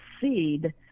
seed